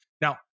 Now